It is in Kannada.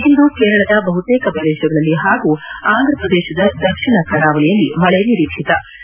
ಇಂದು ಕೇರಳದ ಬಹುತೇಕ ಪ್ರದೇಶಗಳಲ್ಲಿ ಹಾಗೂ ಆಂಧ್ರಪ್ರದೇಶದ ದಕ್ಷಿಣ ಕರಾವಳಿಯಲ್ಲಿ ಮಳೆ ನಿರೀಕ್ಷಿತೆ